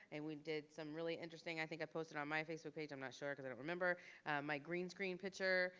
and we did some really interesting i think i posted on my facebook page, i'm not sure because i don't remember my green screen picture,